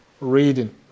Reading